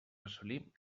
assolir